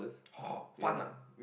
hor-fun ah